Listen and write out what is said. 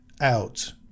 out